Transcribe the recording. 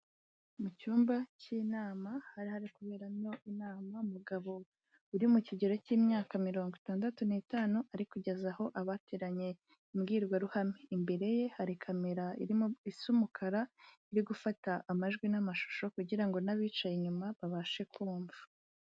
Mu cyumba cy'inama hari hari kuberamo inama, umugabo uri mu kigero cy'imyaka mirongo itandatu n'itanu ari kugezaho abateranye imbwirwaruhame, imbere ye hari kamera irimo isa umukara, iri gufata amajwi n'amashusho kugira n'abicaye inyuma babashe kumva.